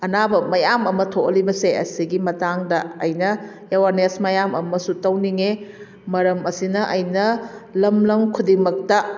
ꯑꯅꯥꯕ ꯃꯌꯥꯝ ꯑꯃ ꯊꯣꯛꯍꯜꯂꯤꯕꯁꯦ ꯑꯁꯤꯁꯤꯒꯤ ꯃꯇꯥꯡꯗ ꯑꯩꯅ ꯑꯦꯋꯥꯔꯅꯦꯁ ꯃꯌꯥꯝ ꯑꯃꯁꯨ ꯇꯧꯅꯤꯡꯉꯦ ꯃꯔꯝ ꯑꯁꯤꯅ ꯑꯩꯅ ꯂꯝ ꯂꯝ ꯈꯨꯗꯤꯡꯃꯛꯇ